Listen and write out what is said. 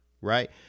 Right